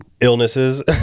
illnesses